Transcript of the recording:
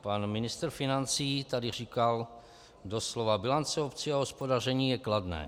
Pan ministr financí tady říkal doslova: Bilance obcí a hospodaření je kladné.